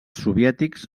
soviètics